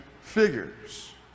figures